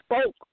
spoke